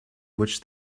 which